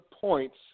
points